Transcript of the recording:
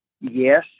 Yes